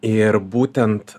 ir būtent